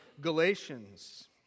Galatians